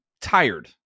tired